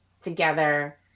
together